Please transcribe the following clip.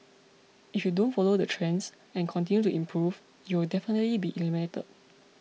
if you don't follow the trends and continue to improve you'll definitely be eliminated